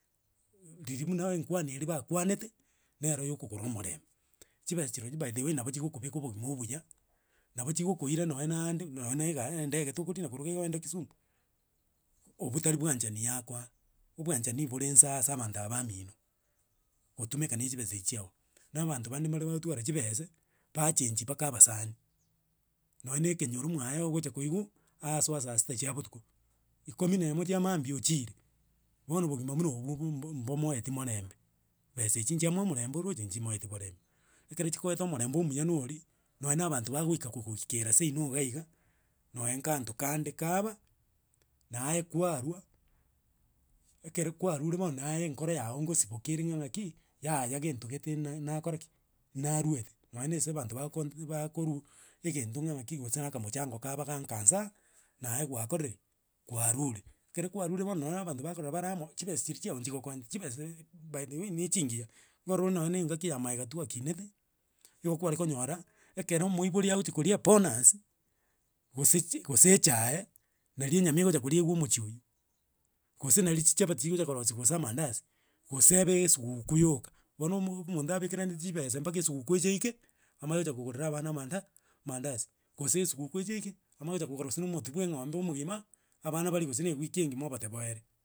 Uh riria buna enkwana eria bakwanete, nero ya okogora omorembe, chibesa chirochio by the way nabo chigokobeka obogima obuya, nabo chigokoira nonye na ande, nonya na ega endege, tokorina korwa igaiga, oende kisumu. Obwo tari bwanchani yakoa, obwanchanii bore insaa ase abanto aba bamino. Gotumeka na echibesa echi chiago, na abanto bande mbare bagotwara chibese, bachenchia mpaka abasani, nonya na ekenyoro mwaye ogocha koigwa, aasoa saa sita chia botuko ikomi na emo chia maambi ochire. Bono bogima muna obwo bu mbo- mbomoeti morembe besa echi nchiamoa omorembe oroche, nchimoeti morembe. Ekero chikoete omorembe omuya norii nonya na abanto bagoika kogoikera seino iga iga, noe kanto kande kaba, naye kwarwa, ekere kwarure bono naye enkoro yago ngosibokere ng'a ng'aki, yaya gento gete na- nakora ki, narwete, nonya ase abanto bagokonti bakorwa egento ng'a ng'aki, gose na agamochango kaba ga nkaa nsa aa, naye gwakorire ki, kwarure. Ekero kwarure bono nonya na abanto bakorora bara amo, chibesa chiri chiago nchigokonye. Chibeseee by the way na echi ngiya, nkorora ore nonya na engaki ya maega twakinete, igo kware konyora ekero omoibori agochia koria ebonus, gose chi, gose echae, nari enyama egocha koriewa omochio oywo, gose nari chichabati chigocha korosiwa gose amandasi, gose ebe esiguku yoka. Bono omogo omonto abekeraneti chibesa mpaka esiguku eche eike, amanye gocha kogorera abana amanda, amandasi. Gose esiguku eche eike, amanye gocha kogora gose na omoti bwa eng'ombe omogima, abana barie gose ewiki engima obote boere.